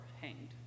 hanged